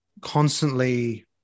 constantly